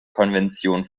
konvention